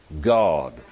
God